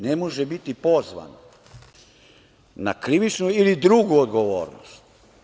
Ne može biti pozvan na krivičnu ili drugu odgovornost.